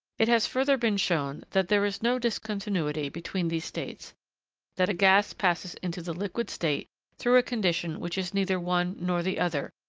it has further been shown that there is no discontinuity between these states that a gas passes into the liquid state through a condition which is neither one nor the other,